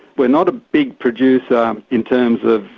we're not a big producer in terms of